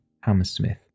Hammersmith